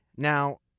Now